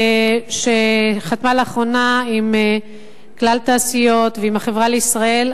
שחתמה לאחרונה עם "כלל תעשיות" ועם "החברה לישראל"